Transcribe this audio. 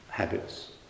habits